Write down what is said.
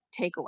takeaway